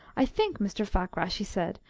i think, mr. fakrash, he said,